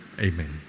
Amen